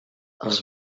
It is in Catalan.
els